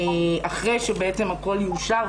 אחרי שהכול יאושר,